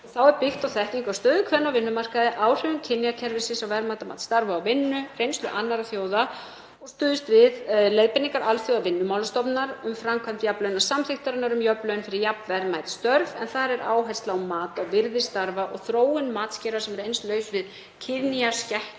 Þá er byggt á þekkingu á stöðu kvenna á vinnumarkaði, áhrifum kynjakerfisins á verðmætamat starfa og vinnu, reynslu annarra þjóða og stuðst við leiðbeiningar Alþjóðavinnumálastofnunarinnar um framkvæmd jafnlaunasamþykktarinnar um jöfn laun fyrir jafn verðmæt störf. En þar er áhersla á mat og virði starfa og þróun matskerfa sem eru eins laus við kynjaskekkju